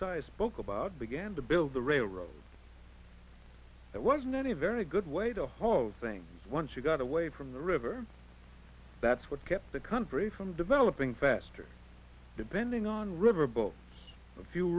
book about began to build the railroad that was not a very good way to whole thing once you got away from the river that's what kept the country from developing faster depending on riverboat a few